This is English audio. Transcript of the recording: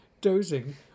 dozing